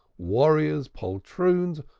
warriors, poltroons,